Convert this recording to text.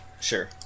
Sure